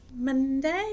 Monday